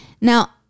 Now